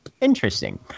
Interesting